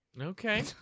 Okay